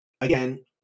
again